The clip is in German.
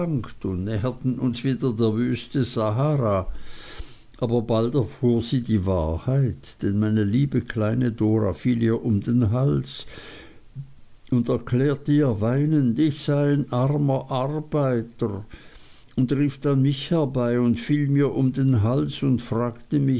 näherten uns wieder der wüste sahara aber bald erfuhr sie die wahrheit denn meine liebe kleine dora fiel ihr um den hals und erklärte ihr weinend ich sei ein armer arbeiter und rief dann mich herbei und fiel mir um den hals und fragte